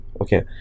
okay